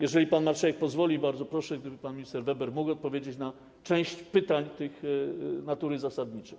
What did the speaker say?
Jeżeli pan marszałek pozwoli, bardzo proszę, żeby pan minister Weber mógł odpowiedzieć na część pytań, tych natury zasadniczej.